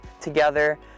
together